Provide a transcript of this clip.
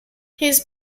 his